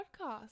podcast